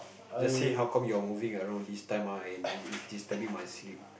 just say how come you're moving around this time ah and it is disturbing my sleep